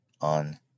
on